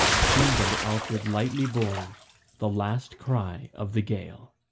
seemed unto alfred lightly borne the last cry of the gael.